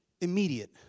immediate